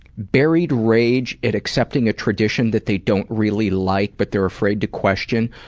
buried rage at accepting a tradition that they don't really like but they're afraid to question,